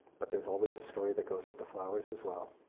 but there's always a story that goes with the flowers, as well.